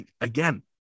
Again